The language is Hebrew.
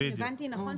אם הבנתי נכון,